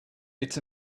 it’s